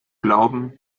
glauben